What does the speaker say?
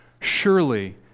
surely